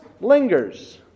lingers